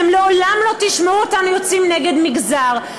אתם לעולם לא תשמעו אותנו יוצאים נגד מגזר.